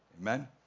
Amen